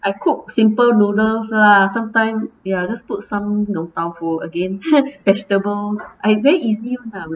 I cook simple noodles lah sometime ya just put some yong tau foo again vegetables I very easy [one] lah